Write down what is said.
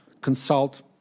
consult